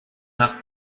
nach